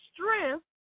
strength